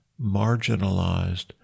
marginalized